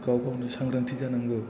गाव गावनो सांग्रांथि जानांगौ